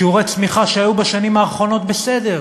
שיעורי הצמיחה שהיו בשנים האחרונות בסדר,